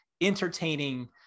entertaining